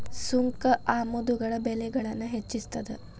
ಸುಂಕ ಆಮದುಗಳ ಬೆಲೆಗಳನ್ನ ಹೆಚ್ಚಿಸ್ತದ